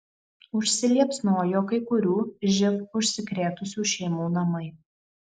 užsiliepsnojo kai kurių živ užsikrėtusių šeimų namai